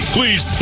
Please